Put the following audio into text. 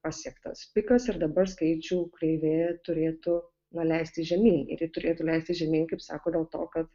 pasiektas pikas ir dabar skaičių kreivė turėtų na leistis žemyn ir ji turėtų leistis žemyn kaip sako dėl to kad